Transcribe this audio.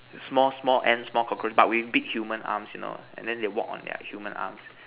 small small Ant small cockroach but with big human arms you know and they walk on their human arms